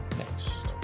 next